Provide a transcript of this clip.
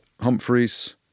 Humphreys